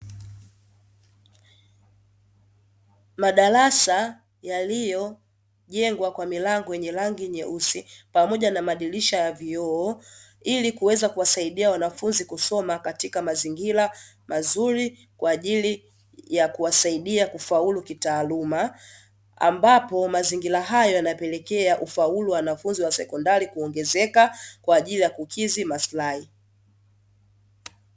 Madarasa yaliyojengwa kwa milango yenye rangi nyeusi, pamoja na madirisha ya vioo ili kuweza kuwasaidia wanafunzi kusoma katika mazingira mazuri kwa ajili ya kuwasaidia kufaulu kitaaluma, ambapo mazingira hayo yanapelekea ufaulu wa wanafunzi wa sekondari kuongezeka kwa ajili ya kukidhi maslahi.